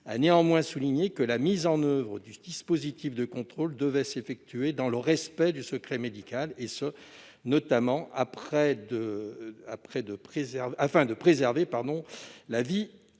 a néanmoins souligné que la mise en oeuvre du dispositif de contrôle devait s'effectuer dans le respect du secret médical, notamment afin de préserver la vie privée des